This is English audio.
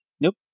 Nope